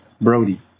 Brody